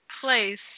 place